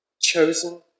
Chosen